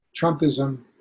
Trumpism